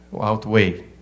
Outweigh